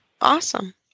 awesome